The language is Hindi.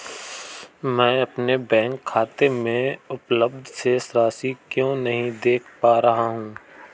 मैं अपने बैंक खाते में उपलब्ध शेष राशि क्यो नहीं देख पा रहा हूँ?